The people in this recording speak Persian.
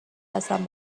هستم